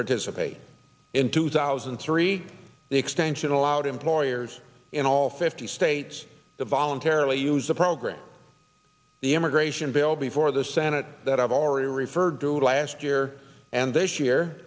participate in two thousand and three the extension allowed employers in all fifty states that voluntarily use the program the immigration bill before the senate that i've already referred to last year and this year